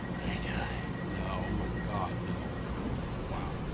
i die no, oh my god no well,